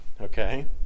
Okay